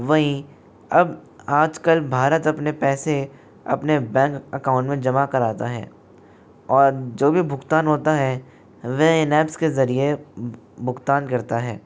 वहीं अब आजकल भारत अपने पैसे अपने बैंक अकाउंट में जमा कराता है और जो भी भुगतान होता है वह इन ऐप्स के ज़रिए भुगतान करता है